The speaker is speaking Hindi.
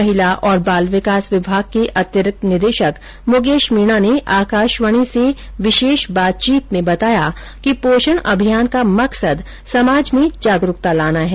महिला तथा बाल विकास विभाग के अतिरिक्त निदेशक मुकेश मीणा ने आकाशवाणी से विशेष बातचीत में बताया कि पोषण अभियान का मकसद समाज में जागरूकता लाना है